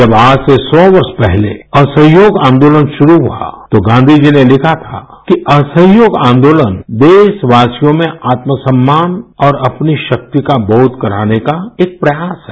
जब आज से सौ वर्ष पहले असहयोग आंदोलन शुरू हुआ तो गांधी जी ने लिखा था कि असहयोग आन्दोलन देशवासियों में आत्मसम्मान और अपनी शक्ति का बोध कराने का एक प्रयास है